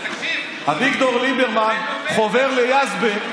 אביגדור ליברמן חובר ליזבק,